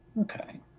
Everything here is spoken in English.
Okay